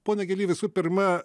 pone gyly visų pirma